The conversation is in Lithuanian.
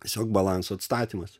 tiesiog balanso atstatymas